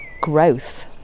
growth